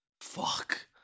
Fuck